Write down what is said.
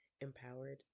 empowered